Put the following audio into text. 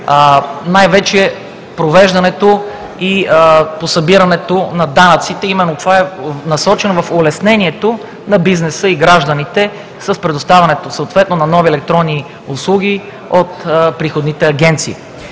най вече в провеждането и по събирането на данъците. Това е насочено в улеснение на бизнеса и гражданите с предоставянето съответно на нови електронни услуги от приходните агенции.